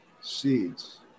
seeds